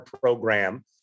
program